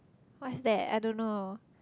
what's that I don't know